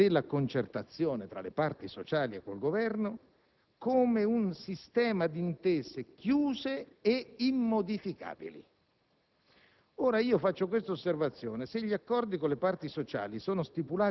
A quel punto è emersa una concezione della concertazione tra le parti sociali e col Governo come un sistema di intese chiuse e immodificabili.